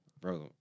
Bro